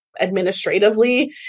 administratively